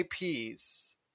IPs